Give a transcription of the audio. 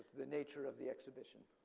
the nature of the exhibition.